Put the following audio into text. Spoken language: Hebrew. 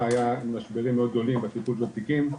היה משברים מאוד גדולים בטיפול בתיקים,